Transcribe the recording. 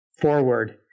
forward